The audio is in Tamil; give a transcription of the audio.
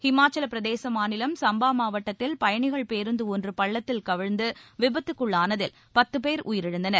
ஹிமாச்சலப் பிரதேச மாநிலம் சும்பா மாவட்டத்தில் பயணிகள் பேருந்து ஒன்று பள்ளத்தில் கவிழ்ந்து விபத்துக்குள்ளானதில் பத்து பேர் உயிரிழந்தனர்